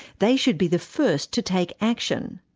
they should be the first to take action.